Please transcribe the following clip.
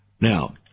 Now